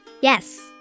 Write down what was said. Yes